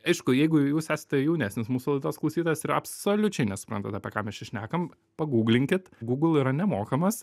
aišku jeigu jūs esate jaunesnis mūsų laidos klausytojas ir absoliučiai nesuprantat apie ką mes čia šnekam pagūglinkit gūgl yra nemokamas